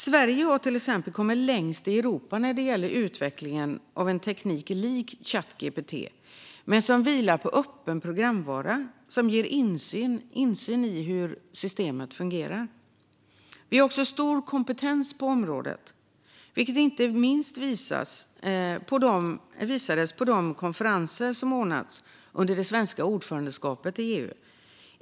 Sverige har till exempel kommit längst i Europa i utvecklingen av en teknik som är lik Chat GPT men vilar på öppen programvara, vilket ger insyn i hur systemet fungerar. Vi har också stor kompetens på området, vilket inte minst har visats på de konferenser som ordnats under det svenska ordförandeskapet i EU.